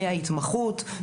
מההתמחות,